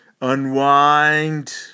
unwind